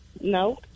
No